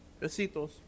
Besitos